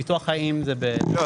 ביטוח חיים זה ב --- לא,